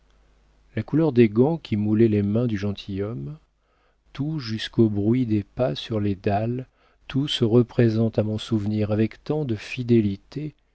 la couleur des gants qui moulaient les mains du gentilhomme tout jusqu'au bruit des pas sur les dalles tout se représente à mon souvenir avec tant de fidélité